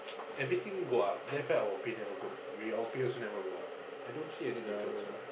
everything go up then after that our pay never go we our pay also never go up I don't see any difference lah